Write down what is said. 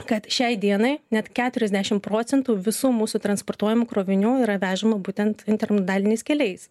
kad šiai dienai net keturiasdešim procentų visų mūsų transportuojamų krovinių yra vežama būtent intermodaliniais keliais